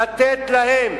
לתת להם